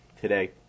today